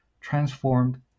transformed